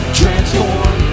transform